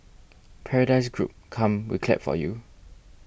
Paradise Group come we clap for you